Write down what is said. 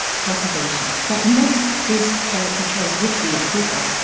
cultivation, that makes these character traits which we approve of,